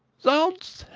zounds!